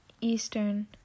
Eastern